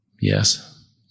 Yes